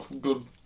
Good